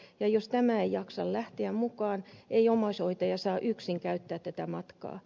jos tämä ei jaksa lähteä mukaan ei omaishoitaja saa yksin käyttää tätä matkaa